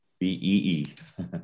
B-E-E